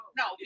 no